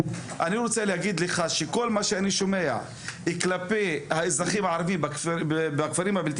אני רוצה להגיד לך שאת כל מה שאני שומע כלפי האזרחים הערבים בכפרים הבלתי